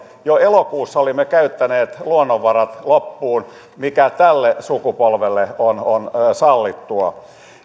jo elokuussa olimme käyttäneet luonnonvarat loppuun siltä osin mikä tälle sukupolvelle on on sallittua